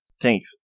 Thanks